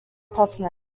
putnam